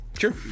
Sure